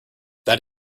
that